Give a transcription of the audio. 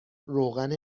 روغن